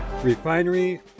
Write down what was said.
Refinery